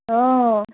অঁ